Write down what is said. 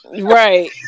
Right